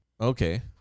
Okay